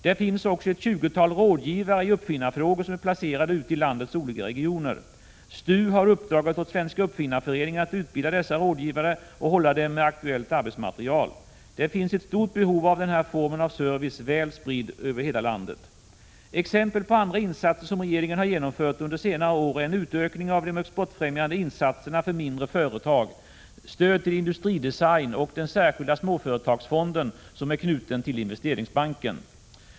Det finns också ett 20-tal rådgivare i uppfinnarfrågor som är placerade ute i landets olika regioner. STU har uppdragit åt Svenska Uppfinnareföreningen att utbilda dessa rådgivare och hålla dem med aktuellt arbetsmaterial. Det finns ett stort behov av den här formen av service, väl spridd över hela landet. Exempel på andra insatser som regeringen har genomfört under senare år är en utökning av de exportfrämjande insatserna för mindre företag, stöd till industridesign och den särskilda småföretagsfonden som är knuten till Investeringsbanken.